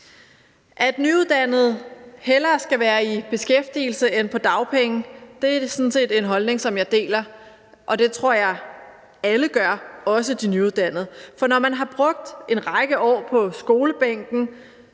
At nyuddannede hellere skal være i beskæftigelse end på dagpenge, er sådan set en holdning, som jeg deler, og det tror jeg alle gør, også de nyuddannede. For når man har brugt en række år på skolebænken,